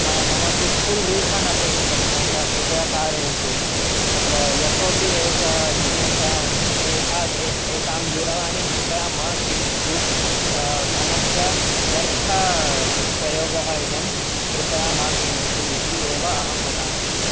मम तु full refund अपेक्षितं भवन्तः कृपया कारयन्तु अत्र यः कोपि एतां दूरवाणीं कृपया मा क्रीणन्तु धनस्य व्यर्थ प्रयोगः इदं कृपया मा क्रीणन्तु इति एव अहं वदामि